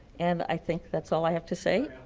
and i think that's all i have to say.